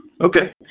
Okay